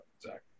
Zach